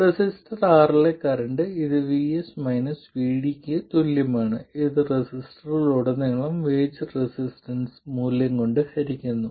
resistor R ലെ current ഇത് VS VD ന് തുല്യമാണ് ഇത് റെസിസ്റ്ററിലുടനീളം വേജ് റെസിസ്റ്റൻസ് മൂല്യം കൊണ്ട് ഹരിക്കുന്നു